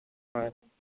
হয়